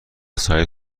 سعید